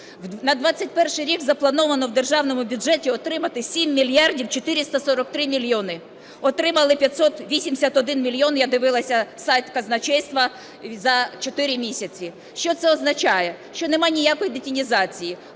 На 21-й рік заплановано в державному бюджеті отримати 7 мільярдів 443 мільйони. Отримали 581 мільйон. Я дивилася сайт казначейства за чотири місяці. Що це означає? Що немає ніякої детінізації.